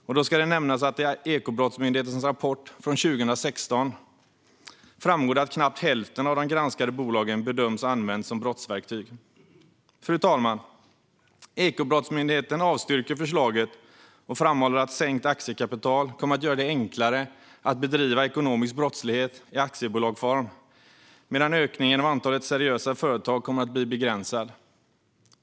Och då ska det nämnas att det i Ekobrottsmyndighetens rapport från 2016 framgår att knappt hälften av de granskade bolagen bedöms ha använts som brottsverktyg. Fru talman! Ekobrottsmyndigheten avstyrker förslaget och framhåller att sänkt aktiekapital kommer att göra det enklare att bedriva ekonomisk brottslighet i aktiebolagsform medan ökningen av antalet seriösa företag kommer att bli begränsad.